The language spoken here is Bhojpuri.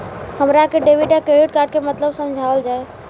हमरा के डेबिट या क्रेडिट कार्ड के मतलब समझावल जाय?